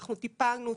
אנחנו טיפלנו,